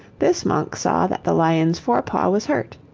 this monk saw that the lion's fore-paw was hurt.